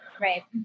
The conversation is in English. right